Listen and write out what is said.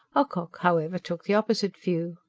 ocock, however, took the opposite view.